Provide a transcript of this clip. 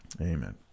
Amen